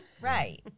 right